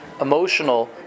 emotional